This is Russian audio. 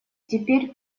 теперь